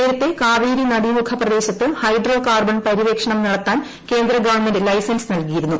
നേരത്തെ കാവേരി നദീമുഖ പ്രദേശത്ത് ഹൈഡ്രോ കാർബൺ പര്യവേഷണം നടത്താൻ കേന്ദ്ര ഗവൺമെന്റ് ലൈസൻസ് നൽകിയിരുന്നു